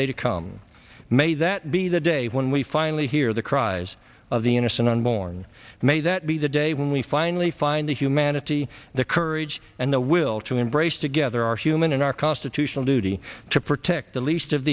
day to come may that be the day when we finally hear the cries of the innocent unborn may that be the day when we finally find the humanity the courage and the will to embrace together our human and our constitutional duty to protect the least of